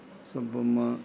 Subbamma